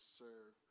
serve